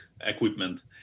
equipment